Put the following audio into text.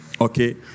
Okay